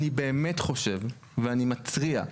אני באמת חושב ואני מתריע,